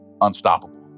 unstoppable